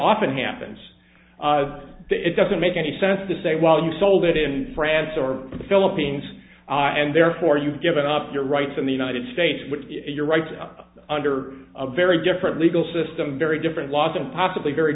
often happens it doesn't make any sense to say well you sold it in france or the philippines and therefore you've given up your rights in the united states which your rights of under a very different legal system very different laws and possibly very